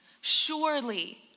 surely